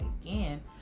again